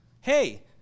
hey